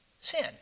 sin